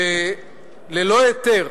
שללא היתר